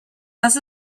was